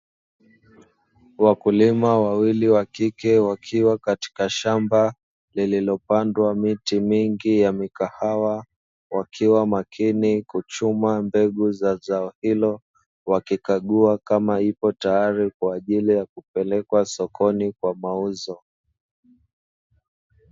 Wakilima wawili wakike wakiwa katika shamba lililopandwa miti mingi ya mikahawa wakiwa makini kuchuma mbegu za zao hilo, wakikagua kama ipo tayari kwa ajili ya kupelekwa sokoni kwa mauzo.